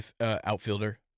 outfielder